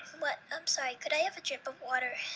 but um so could i have a drip of water?